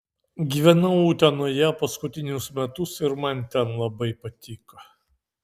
gyvenau utenoje paskutinius metus ir man ten labai patiko